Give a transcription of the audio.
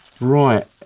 Right